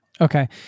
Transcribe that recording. Okay